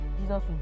jesus